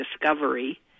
discovery